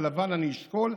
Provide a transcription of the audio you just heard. בלבן אני אשקול,